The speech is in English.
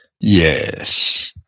yes